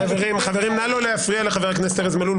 חברים, נא לא להפריע לארז מלול.